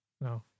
No